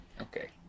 Okay